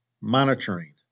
Monitoring